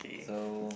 so